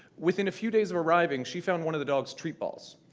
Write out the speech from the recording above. within a few days of arriving, she found one of the dogs' treat balls.